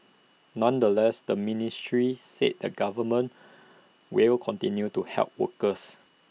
nonetheless the ministry said the government will continue to help workers